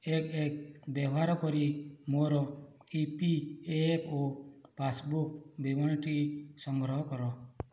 ଏକ ଏକ ବ୍ୟବହାର କରି ମୋର E P F O passbook ବିବରଣୀଟି ସଂଗ୍ରହ କର